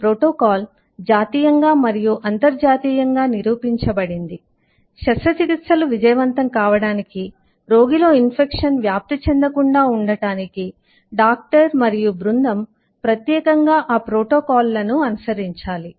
ఈ ప్రోటోకాల్ జాతీయంగా మరియు అంతర్జాతీయంగా నిరూపించబడింది శస్త్రచికిత్సలు విజయవంతమవడానికి రోగిలో ఇన్ఫెక్షన్ వ్యాప్తి చెందకుండా ఉండటానికి డాక్టర్ మరియు బృందం ప్రత్యేకంగా ఆ ప్రోటోకాల్లను అనుసరించాలి